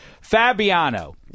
Fabiano